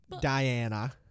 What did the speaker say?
Diana